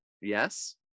yes